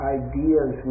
ideas